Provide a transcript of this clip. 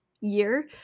year